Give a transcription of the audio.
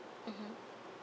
mmhmm